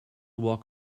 walk